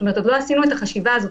עוד לא עשינו את החשיבה הזאת.